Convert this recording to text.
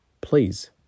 please